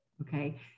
Okay